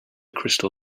crystal